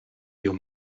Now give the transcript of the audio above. your